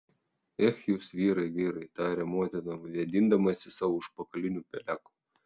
ech jūs vyrai vyrai tarė motina vėdindamasi savo užpakaliniu peleku